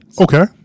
Okay